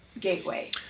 gateway